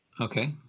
Okay